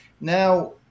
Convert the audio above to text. Now